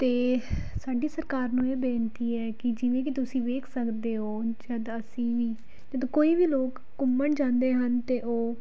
ਅਤੇ ਸਾਡੀ ਸਰਕਾਰ ਨੂੰ ਇਹ ਬੇਨਤੀ ਹੈ ਕਿ ਜਿਵੇਂ ਕਿ ਤੁਸੀਂ ਵੇਖ ਸਕਦੇ ਹੋ ਜਦੋਂ ਅਸੀਂ ਵੀ ਜਦੋਂ ਕੋਈ ਵੀ ਲੋਕ ਘੁੰਮਣ ਜਾਂਦੇ ਹਨ ਅਤੇ ਉਹ